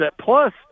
Plus